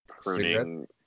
pruning